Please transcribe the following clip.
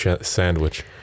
sandwich